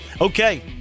Okay